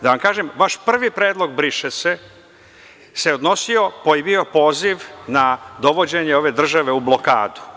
Da vam kažem, vaš prvi predlog „briše se“ odnosio se i bio je poziv na dovođenje ove države u blokadu.